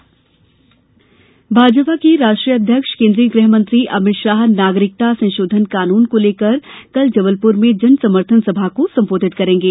Bhajpa CAA Bhajpa के राष्ट्रीय अध्यक्ष केन्द्रीय गृहमंत्री अमित शाह नागरिकता संशोधन कानून को लेकर कल जबलपुर में जनसमर्थन सभा को संबोधित करेंगे